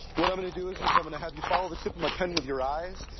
what i'm going to do is is i'm going to have you follow the tip of my pen with your eyes,